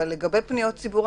אבל לגבי פניות ציבור,